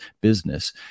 business